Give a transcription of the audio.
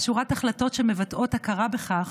על שורת החלטות שמבטאות הכרה בכך